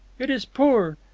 it is poor.